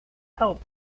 help